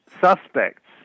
suspects